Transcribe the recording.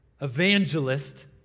evangelist